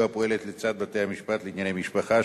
הפועלת לצד בתי-המשפט לענייני משפחה,